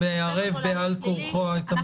שזה דוחף אותו להליך פלילי.